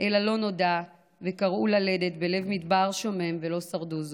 אל הלא-נודע וכרעו ללדת בלב מדבר שומם ולא שרדו זאת.